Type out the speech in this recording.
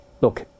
look